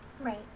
Right